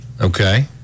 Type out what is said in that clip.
okay